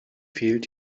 fehlt